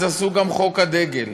אז עשו גם חוק הדגל,